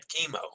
chemo